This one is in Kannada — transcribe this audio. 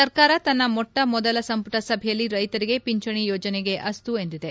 ಸರ್ಕಾರ ತನ್ನ ಮೊಟ್ಟ ಮೊದಲ ಸಂಪುಟ ಸಭೆಯಲ್ಲಿ ರೈತರಿಗೆ ಪಿಂಚಣಿ ಯೋಜನೆಗೆ ಅಸ್ತು ಎಂದಿದೆ